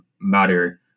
matter